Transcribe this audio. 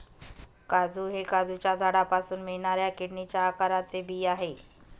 काजू हे काजूच्या झाडापासून मिळणाऱ्या किडनीच्या आकाराचे बी आहे